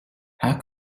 how